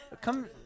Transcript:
Come